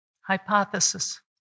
Hypothesis